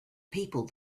people